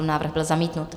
Návrh byl zamítnut.